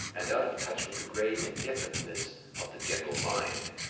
and out of touch with the grey indefiniteness of the general mind.